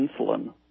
insulin